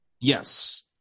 yes